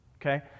Okay